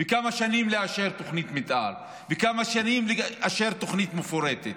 וכמה שנים לאשר תוכנית מתאר וכמה שנים לאשר תוכנית מפורטת.